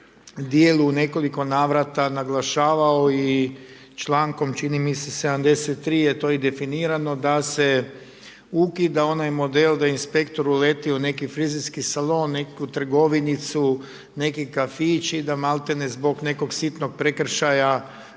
dijelu u nekoliko navrata naglašavao i člankom, čini mi se 73., je to i definirano, da se ukida onaj model da inspektor uleti u neki frizerski salon, nekakvu trgovinicu, neki kafić i da malte ne zbog nekog sitnog prekršaja,